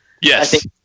Yes